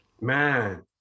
Man